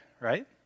right